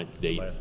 date